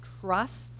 trust